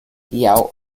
yao